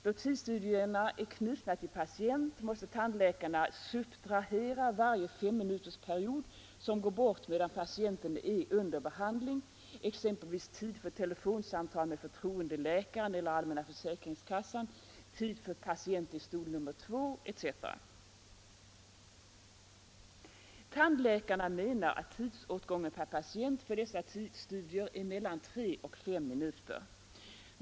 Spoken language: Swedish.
Då tidsstudierna är knutna till patient, måste tandläkarna subtrahera varje femminutersperiod som går bort medan patienten är under behandling, exempelvis tid för telefonsamtal med förtroendeläkaren eller allmänna försäkringskassan, tid för patient i stol nr 2, etc. Tandläkarna menar att tidsåtgången per patient för dessa tidsstudier är mellan tre och fem minuter.